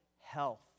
health